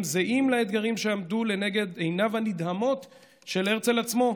זהים לאלו שעמדו לנגד עיניו הנדהמות של הרצל עצמו: